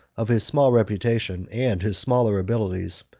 of his small reputation, and his smaller abilities,